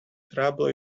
trouble